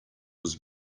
was